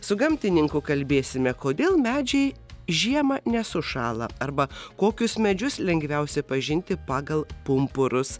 su gamtininku kalbėsime kodėl medžiai žiemą nesušąla arba kokius medžius lengviausia pažinti pagal pumpurus